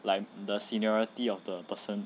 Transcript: like the seniority of the person